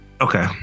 Okay